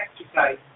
exercise